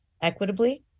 equitably